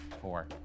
four